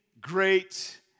great